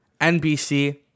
NBC